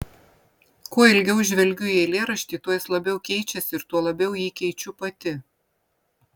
kuo ilgiau žvelgiu į eilėraštį tuo jis labiau keičiasi ir tuo labiau jį keičiu pati